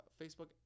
Facebook